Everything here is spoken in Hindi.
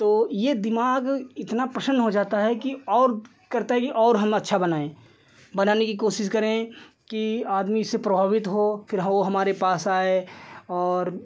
तो यह दिमाग इतना प्रसन्न हो जाता है कि और करता है कि और हम अच्छा बनाएँ बनाने की कोशिश करें कि आदमी इससे प्रभावित हो फिर वह हमारे पास आए और